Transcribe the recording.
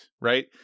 Right